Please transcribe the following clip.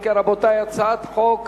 אם כן הצעת החוק נתקבלה,